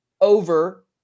over